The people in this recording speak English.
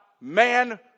man